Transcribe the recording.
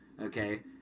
okay